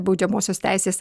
baudžiamosios teisės